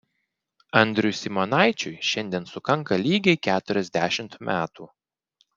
andriui simonaičiui šiandien sukanka lygiai keturiasdešimt metų